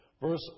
Verse